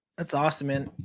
that's awesome, man,